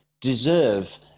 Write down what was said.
deserve